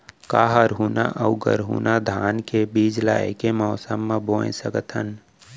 का हरहुना अऊ गरहुना धान के बीज ला ऐके मौसम मा बोए सकथन?